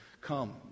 come